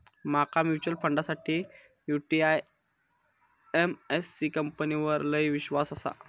माका म्यूचुअल फंडासाठी UTI AMC कंपनीवर लय ईश्वास आसा